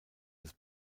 des